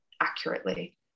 accurately